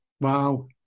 Wow